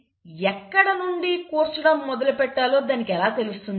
కానీ ఎక్కడ నుండి కూర్చడం మొదలుపెట్టాలో దానికి ఎలా తెలుస్తుంది